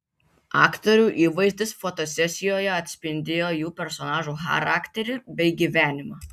aktorių įvaizdis fotosesijoje atspindėjo jų personažų charakterį bei gyvenimą